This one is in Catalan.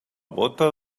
bóta